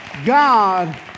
God